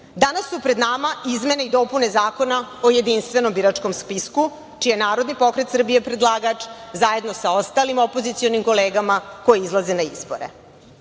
su pred nama izmene i dopune Zakona o Jedinstvenom biračkom spisku čiji je Narodni pokret Srbije predlagač zajedno sa ostalim opozicionim kolegama koje izlaze na izbore.U